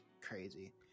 crazy